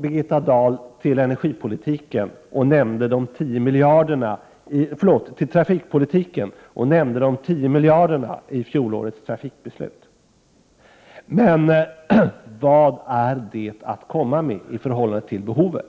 Birgitta Dahl återkom till trafikpolitiken och nämnde de 10 miljarderna i fjolårets trafikbeslut. Men vad är det att komma med i förhållande till behovet?